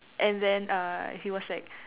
and then uh he was like